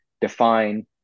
define